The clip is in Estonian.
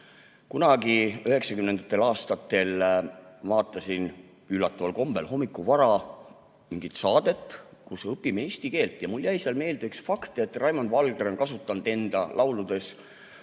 Kunagi 1990. aastatel vaatasin üllataval kombel hommikul vara mingit saadet "Õpime eesti keelt". Ja mulle jäi sealt meelde üks fakt: Raimond Valgre on kasutanud enda lauludes 1200